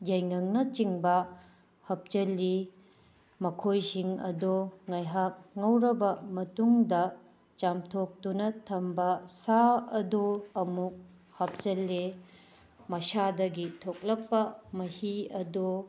ꯌꯥꯏꯉꯪꯅꯆꯤꯡꯕ ꯍꯥꯞꯆꯤꯜꯂꯤ ꯃꯈꯣꯏꯁꯤꯡ ꯑꯗꯣ ꯉꯥꯏꯍꯥꯛ ꯉꯧꯔꯕ ꯃꯇꯨꯡꯗ ꯆꯥꯝꯊꯣꯛꯇꯨꯅ ꯊꯝꯕ ꯁꯥ ꯑꯗꯣ ꯑꯃꯨꯛ ꯍꯥꯞꯆꯤꯜꯂꯦ ꯃꯁꯥꯗꯒꯤ ꯊꯣꯛꯂꯛꯄ ꯃꯍꯤ ꯑꯗꯣ